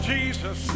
Jesus